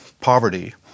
poverty